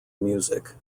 music